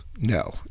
No